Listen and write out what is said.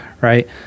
right